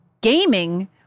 gaming